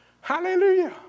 Hallelujah